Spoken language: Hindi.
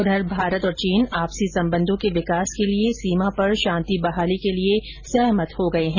उधर भारत और चीन आपसी संबंधों के विकास के लिए सीमा पर शांति बहाली के लिए सहमत हो गए हैं